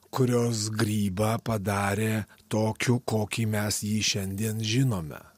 kurios grybą padarė tokiu kokį mes jį šiandien žinome